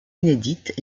inédite